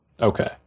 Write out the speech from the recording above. Okay